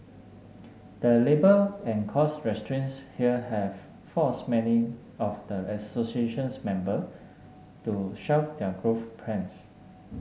the labour and cost constraints here have forced many of the association's member to shelf their growth plans